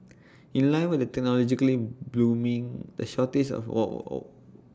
in line with the technologically booming the shortage of all all